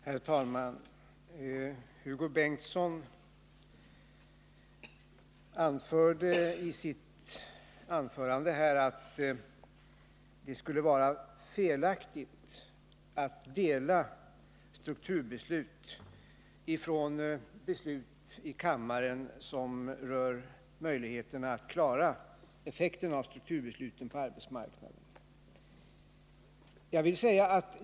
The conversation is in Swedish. Herr talman! Hugo Bengtsson anförde att det skulle vara felaktigt att, när man fattar beslut i kammaren, skilja ut frågan om strukturen från den del av beslutet som rör effekterna på arbetsmarknaden.